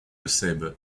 eusèbe